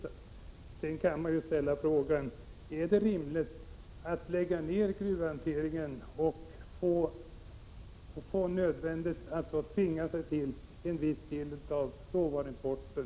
Man 29 januari 1987 kan också ställa frågan om det är rimligt att lägga ned gruvhanteringen och Omsysselsättningen i därmed i ett sådant här läge tvinga fram en ökning av råvaruimporten.